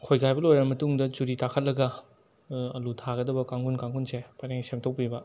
ꯈꯣꯏꯒꯥꯏꯕ ꯂꯣꯏꯔ ꯃꯇꯨꯡꯗ ꯆꯨꯔꯤ ꯇꯥꯈꯠꯂꯒ ꯑꯥꯂꯨ ꯊꯥꯒꯗꯕ ꯀꯥꯡꯈꯨꯜ ꯀꯥꯡꯈꯨꯜꯁꯦ ꯄꯔꯦꯡ ꯁꯦꯝꯗꯣꯛꯄꯤꯕ